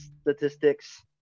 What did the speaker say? statistics